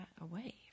away